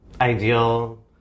Ideal